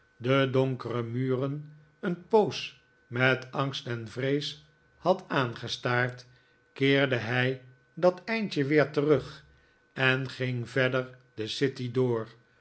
de donkere muren een poos met angst en vrees had aangestaard keerde hij j nik ola as nickleby dat eindje weer terug en ging verder de city door